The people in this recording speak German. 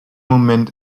moment